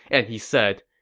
and he said,